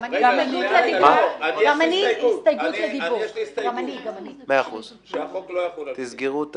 רגע, יש לי הסתייגות: שהחוק לא יחול על